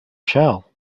shall